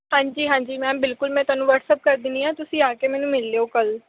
ਹਾਂਜੀ ਹਾਂਜੀ ਮੈਮ ਬਿਲਕੁਲ ਮੈਂ ਤੁਹਾਨੂੰ ਵਟਸਐਪ ਕਰ ਦਿੰਦੀ ਹਾਂ ਤੁਸੀਂ ਆ ਕੇ ਮੈਨੂੰ ਮਿਲ ਲਿਓ ਕੱਲ੍ਹ